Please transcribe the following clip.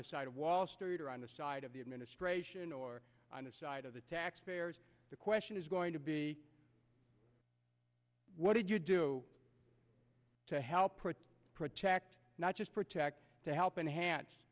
the side of wall street or on the side of the administration or on the side of the taxpayer the question is going to be what did you do to help protect not just protect to help enhance